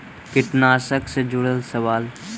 कीटनाशक से जुड़ल सवाल?